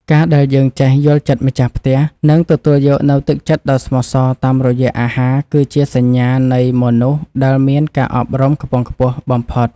ការដែលយើងចេះយល់ចិត្តម្ចាស់ផ្ទះ និងទទួលយកនូវទឹកចិត្តដ៏ស្មោះសតាមរយៈអាហារ គឺជាសញ្ញានៃមនុស្សដែលមានការអប់រំខ្ពង់ខ្ពស់បំផុត។